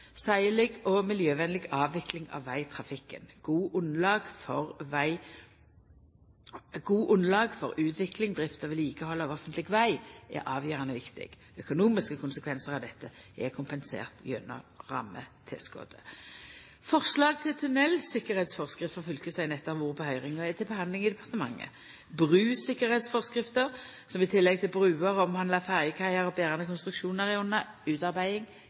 og miljøvenleg avvikling av vegtrafikken. Gode underlag for utvikling, drift og vedlikehald av offentleg veg er avgjerande viktig. Økonomiske konsekvensar av dette er kompenserte gjennom rammetilskotet. Forslag til tunneltryggleiksforskrift for fylkesvegnettet har vore på høyring og er til behandling i departementet. Brutryggleiksforskrifta, som i tillegg til bruer omhandlar ferjekaiar og berande konstruksjonar, er under utarbeiding